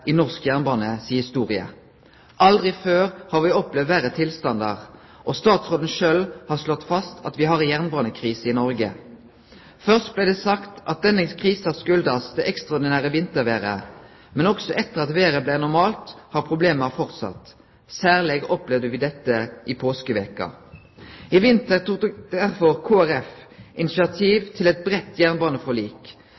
i norsk jernbane si historie. Aldri før har me opplevd verre tilstandar, og statsråden sjølv har slått fast at vi har ei jernbanekrise i Noreg. Først blei det sagt at denne krisa skuldast det ekstraordinære vintervêret, men også etter at vêret blei normalt, har problema fortsett – særleg opplevde me dette i påskeveka. I vinter tok